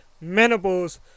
menopause